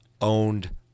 owned